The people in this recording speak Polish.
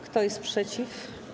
Kto jest przeciw?